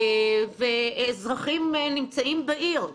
ואזרחים נמצאים בעיר.